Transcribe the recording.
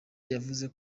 yavuze